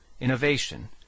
innovation